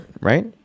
right